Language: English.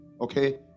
Okay